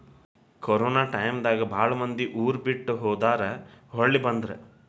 corona time ದಾಗ ಬಾಳ ಮಂದಿ ಊರ ಬಿಟ್ಟ ಹೊದಾರ ಹೊಳ್ಳಿ ಬಂದ್ರ